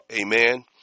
Amen